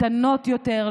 יוזמות קטנות יותר,